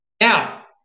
Now